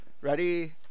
Ready